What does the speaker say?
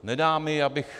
Nedá mi, abych...